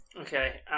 Okay